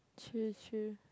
true true